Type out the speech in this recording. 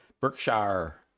berkshire